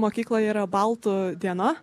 mokykloj yra baltų diena